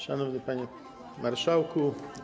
Szanowny Panie Marszałku!